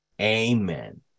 Amen